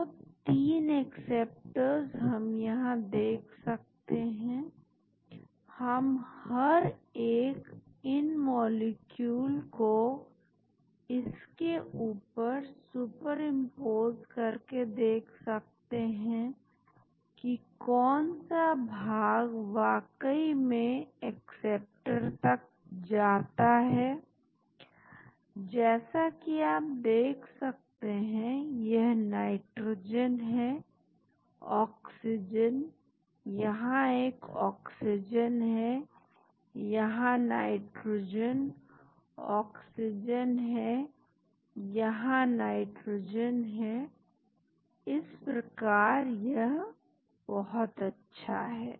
तो तीन एक्सेप्टर्स हम यहां देख सकते हैं हम हर एक इन मॉलिक्यूल को इसके ऊपर सुपरिंपोज करके देख सकते हैं कि कौन सा भाग वाकई में एक्सेप्टर तक जाता है जैसा कि आप देख सकते हैं यह नाइट्रोजन है ऑक्सीजन यहां एक ऑक्सीजन है यहां नाइट्रोजन ऑक्सीजन है यहां नाइट्रोजन है इस प्रकार यह बहुत अच्छा है